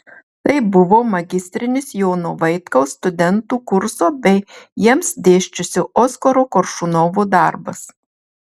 tai buvo magistrinis jono vaitkaus studentų kurso bei jiems dėsčiusio oskaro koršunovo darbas